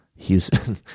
Houston